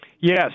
Yes